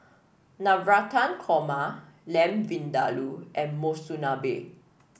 Navratan Korma Lamb Vindaloo and Monsunabe